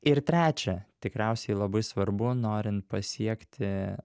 ir trečia tikriausiai labai svarbu norint pasiekti